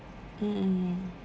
mm